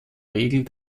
regel